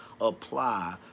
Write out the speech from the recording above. apply